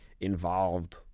involved